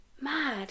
Mad